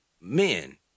men